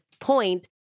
point